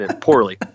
Poorly